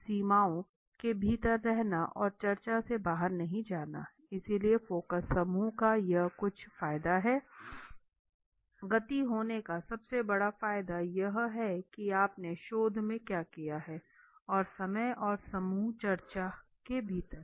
सीमाओं के भीतर रहना और चर्चा से बाहर नहीं जाना इसलिए फोकस समूह का यह कुछ फायदा है गति होने का सबसे बड़ा फायदा यह है कि आपने शोध में क्या किया है और समय और समूह चर्चा के भीतर